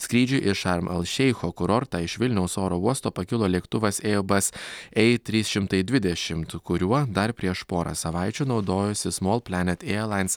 skrydžiui į šarme el šeicho kurortą iš vilniaus oro uosto pakilo lėktuvas eirbas ei trys šimtai dvidešimt kuriuo dar prieš porą savaičių naudojosi smol planet ierlains